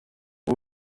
who